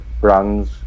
Brands